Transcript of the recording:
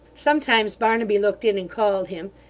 sometimes barnaby looked in and called him,